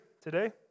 today